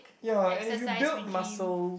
ya and if you build muscles